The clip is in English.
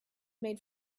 made